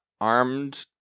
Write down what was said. armed